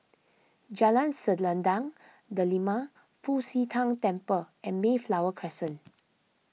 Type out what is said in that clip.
Jalan Selendang Delima Fu Xi Tang Temple and Mayflower Crescent